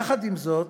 יחד עם זאת,